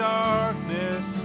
darkness